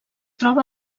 troba